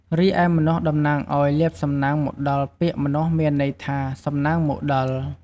រីឯម្នាស់តំណាងឱ្យ លាភសំណាងមកដល់ ពាក្យ "ម្នាស់" មានន័យថា "សំណាងមកដល់"។